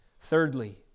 Thirdly